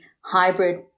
hybrid